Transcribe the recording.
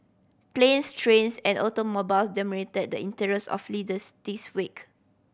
planes trains and automobile dominated the interest of readers this week